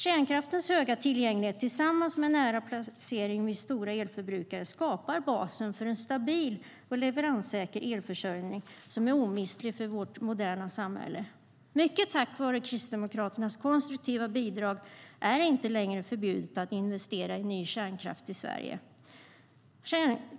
Kärnkraftens höga tillgänglighet tillsammans med dess nära placering vid stora elförbrukare skapar basen för en stabil och leveranssäker elförsörjning som är omistlig för vårt moderna samhälle. Mycket tack vare Kristdemokraternas konstruktiva bidrag är det inte längre förbjudet att investera i ny kärnkraft i Sverige.